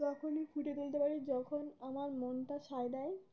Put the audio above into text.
যখনই ফুটিয়ে তুলতে পারি যখন আমার মনটা সায় দেয়